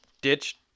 ditched